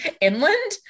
inland